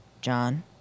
John